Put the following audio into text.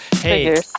Hey